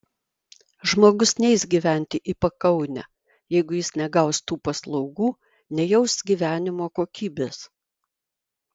žmogus neis gyventi į pakaunę jeigu jis negaus tų paslaugų nejaus gyvenimo kokybės